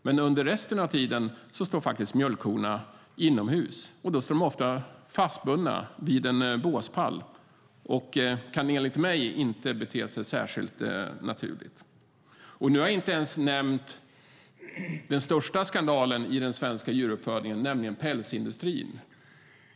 Men under resten av tiden står mjölkkorna inomhus, och då står de ofta fastbundna vid en båspall och kan enligt mig inte bete sig särskilt naturligt. Nu har jag inte ens nämnt den största skandalen inom den svenska djuruppfödningen, nämligen pälsindustrin.